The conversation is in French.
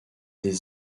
des